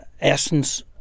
essence